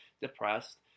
depressed